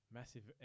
massive